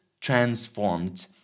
transformed